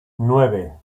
nueve